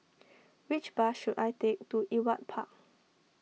which bus should I take to Ewart Park